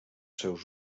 seus